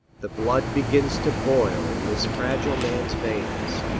the blood begins to boil in this fragile man's veins.